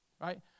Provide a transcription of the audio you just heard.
Right